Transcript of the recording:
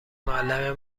معلم